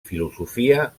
filosofia